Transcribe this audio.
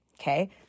okay